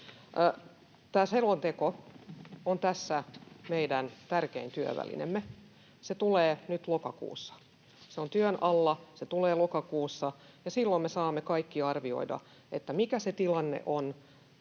Tämä selonteko on tässä meidän tärkein työvälineemme. Se tulee nyt lokakuussa. Se on työn alla. Se tulee lokakuussa, ja silloin me saamme kaikki arvioida, mikä se tilanne on